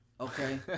Okay